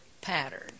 pattern